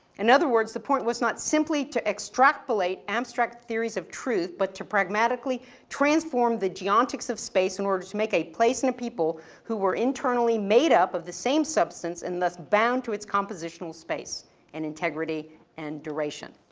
in other words, the point was not simply to extrapolate abstract theories of truth. but to pragmatically transform the geontics of space in order to make a place and a people who were internally made up of the same substance and thus bound to its compositional space and integrity and duration.